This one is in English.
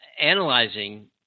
analyzing